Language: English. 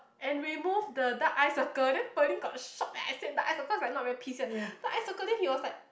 and remove the dark eye circle then Pearlyn got shock eh I said dark eye circle is like not very pleased here dark eye circle then he was like